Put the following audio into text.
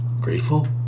grateful